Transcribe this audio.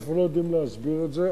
אנחנו לא יודעים להסביר את זה.